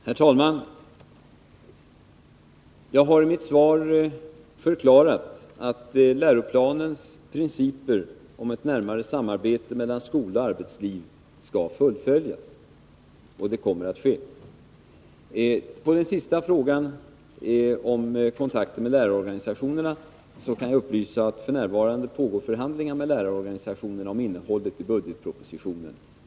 Herr talman! Jag har i mitt svar förklarat att läroplanens principer om ett närmare samarbete mellan skola och arbetsliv skall fullföljas, och det kommer att ske. På den sista frågan, om kontakter med lärarorganisationerna, kan jag upplysa om att det f. n. pågår förhandlingar med lärarorganisationerna om innehållet i budgetpropositionen.